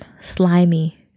slimy